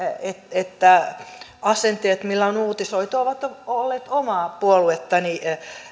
että asenteet millä on uutisoitu ovat olleet omaa puoluettani